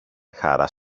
χαρά